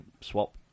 swap